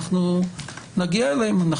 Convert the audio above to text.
נגיע אליהן.